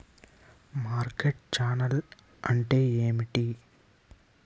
Market channel అంటే ఏమిటి?